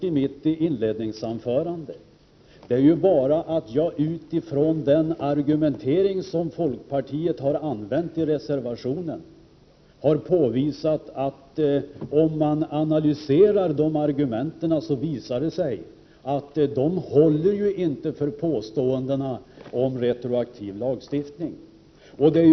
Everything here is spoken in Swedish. I mitt inledningsanförande har jag, utifrån den argumentering som folkpartiet har använt sig av i reservationen, påvisat att påståendena om retroaktiv lagstiftning inte håller.